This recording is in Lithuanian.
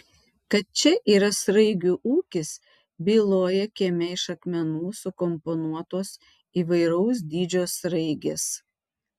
kad čia yra sraigių ūkis byloja kieme iš akmenų sukomponuotos įvairaus dydžio sraigės